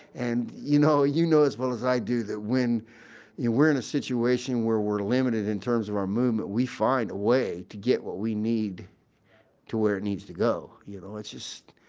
and you know, you know as well as i do that when we're in a situation where we're limited in terms of our movement, we find a way to get what we need to where it needs to go. you know? it's just,